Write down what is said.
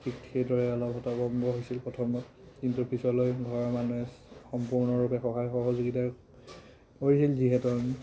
ঠিক সেইদৰে অলপ হতভম্ব হৈছিল প্ৰথমত কিন্তু পিছলৈ ঘৰৰ মানুহে সম্পূৰ্ণৰূপে সহায় সহযোগীতা কৰিছিল যিহেতু